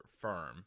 firm